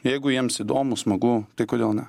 jeigu jiems įdomu smagu tai kodėl ne